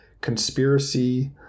conspiracy